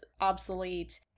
obsolete